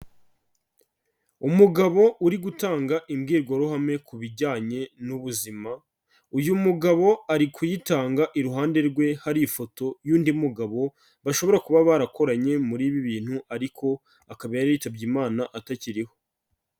umugabo uri gutanga imbwirwaruhame ku bijyanye n'ubuzima, uyu mugabo ari kuyitanga iruhande rwe hari ifoto y'undi mugabo bashobora kuba barakoranye muri ibi bintu ariko akaba yaritabye imana atakiriho.